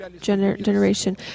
generation